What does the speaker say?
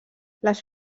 les